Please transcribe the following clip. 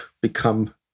become